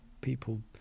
people